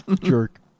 Jerk